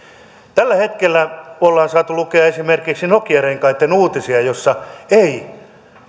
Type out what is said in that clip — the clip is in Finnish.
tällä hetkellä ollaan saatu lukea esimerkiksi nokian renkaitten uutisia siellä ei